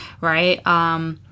right